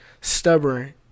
stubborn